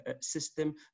system